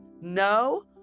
no